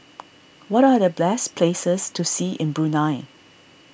what are the best places to see in Brunei